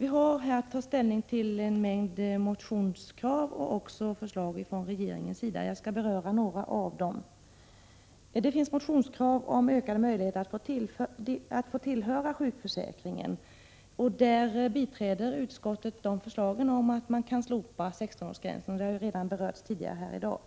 Vi har här att ta ställning till en mängd motionskrav och även till förslag från regeringens sida. Jag skall beröra några av förslagen. Det har framförts motionskrav om ökade möjligheter till anslutning till sjukförsäkringen. Utskottet biträder förslagen om att 16-årsgränsen skall slopas, vilket har berörts även tidigare här i dag.